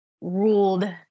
ruled